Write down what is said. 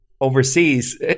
overseas